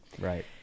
Right